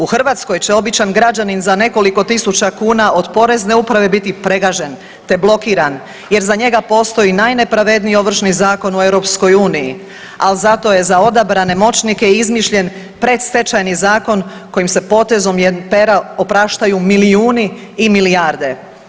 U Hrvatskoj će običan građanin za nekoliko tisuća kuna od Porezne uprave biti pregažen, te blokiran jer za njega postoji najnepravedniji Ovršni zakon u Europskoj uniji, ali zato je za odabrane moćnike izmišljen predstečajni zakon koji se potezom pera opraštaju milijuni i milijarde.